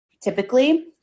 typically